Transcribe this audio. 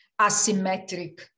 asymmetric